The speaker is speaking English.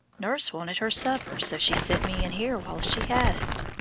nurse wanted her supper, so she sent me in here while she had it.